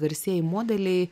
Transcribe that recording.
garsieji modeliai